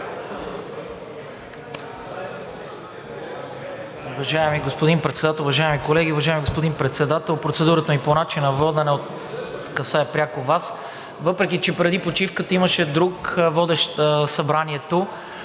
въпреки че преди почивката имаше друг, водещ събранието.